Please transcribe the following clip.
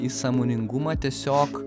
į sąmoningumą tiesiog